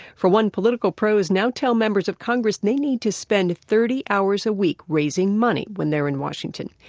for one, political pros now tell members of congress they need to spend thirty hours a week raising money when they're in washington.